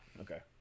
okay